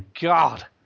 God